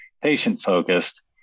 patient-focused